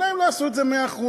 אולי הם לא עשו את זה מאה אחוז,